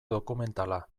dokumentala